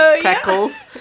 crackles